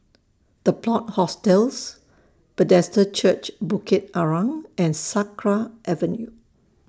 The Plot Hostels Bethesda Church Bukit Arang and Sakra Avenue